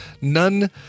none